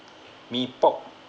mee pok